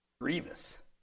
Grievous